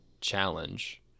challenge